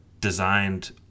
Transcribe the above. designed